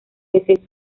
deceso